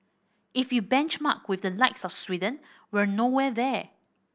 if you benchmark with the likes of Sweden we're nowhere there